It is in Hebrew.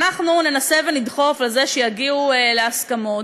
אנחנו ננסה ונדחוף לזה שיגיעו להסכמות.